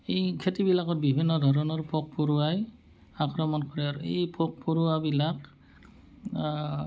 এই খেতিবিলাকত বিভিন্ন ধৰণৰ পোক পৰুৱাই আক্ৰমণ কৰে আৰু এই পোক পৰুৱাবিলাক